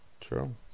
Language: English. true